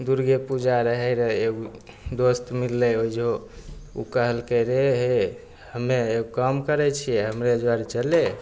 दुरगे पूजा रहै रऽ एगो दोस्त मिललै ओइजो ओ कहलकै रे हमे एक काम करै छिए हमे जरे चले